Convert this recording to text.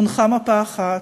הונחה מפה אחת,